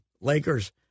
Lakers